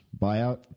buyout